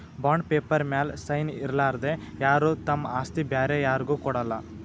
bond paper ಮ್ಯಾಲ್ sign ಇರಲಾರ್ದೆ ಯಾರು ತಮ್ ಆಸ್ತಿ ಬ್ಯಾರೆ ಯಾರ್ಗು ಕೊಡಲ್ಲ